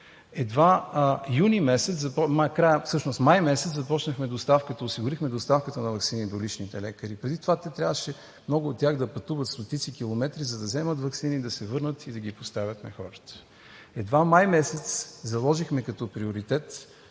Едва май месец осигурихме доставката на ваксини до личните лекари. Преди това трябваше много от тях да пътуват стотици километри, за да вземат ваксини, да се върнат и да ги поставят на хората. Едва май месец заложихме като приоритет